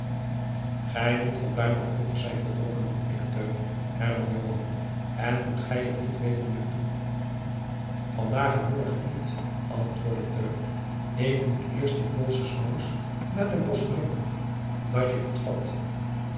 gij moet van daar nog vroeger zijn vertrokken dan ik teun hernam joan en moet gij er niet weder naar toe vandaôg en morgen niet antwoordde teun ik moet eerst dien poolschen smous naar s bosch brengen dat je t vat